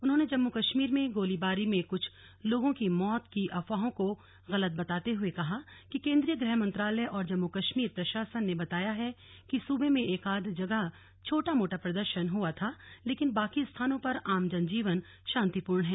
उन्होंने जम्मू कश्मीर में गोलीबारी में कुछ लोगों की मौत की अफवाहों की गलत बताते हुए कहा कि केंद्रीय गृह मंत्रालय और जम्मू कश्मीर प्रशासन ने बताया है कि सूबे में एकाध जगह छोटा मोटा प्रदर्शन हुआ था लेकिन बाकी स्थानों पर आम जनजीवन शांतिपूर्ण है